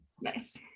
Nice